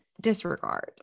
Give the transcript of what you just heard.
disregard